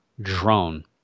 drone